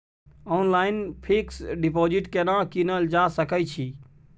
Online fix deposit केना कीनल जा सकै छी?